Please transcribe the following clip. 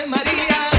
Maria